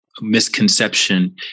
misconception